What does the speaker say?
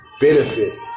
benefit